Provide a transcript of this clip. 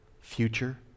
Future